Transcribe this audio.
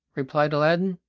replied aladdin,